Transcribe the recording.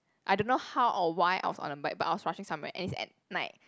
I don't know how or why I was on a bike but I was rushing somewhere and it's at night